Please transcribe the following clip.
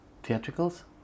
theatricals